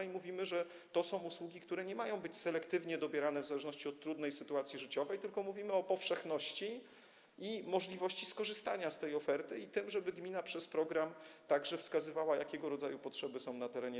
Nie mówimy, że to są usługi, które mają być selektywnie dobierane w zależności od trudnej sytuacji życiowej, tylko mówimy o powszechności możliwości skorzystania z tej oferty i o tym, żeby gmina przez program także wskazywała, jakiego rodzaju potrzeby są na jej terenie.